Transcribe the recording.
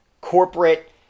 corporate